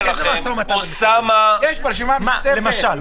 מס' החולים הקשים בשבועות האחרונים יותר מהכפיל את עצמו,